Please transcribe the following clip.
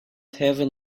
heaven